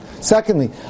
Secondly